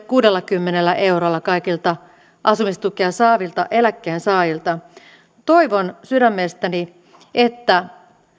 kuudellakymmenellä eurolla kaikilta asumistukea saavilta eläkkeensaajilta toivon sydämestäni että